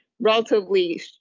relatively